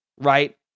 right